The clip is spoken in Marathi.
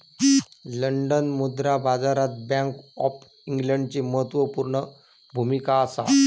लंडन मुद्रा बाजारात बॅन्क ऑफ इंग्लंडची म्हत्त्वापूर्ण भुमिका असा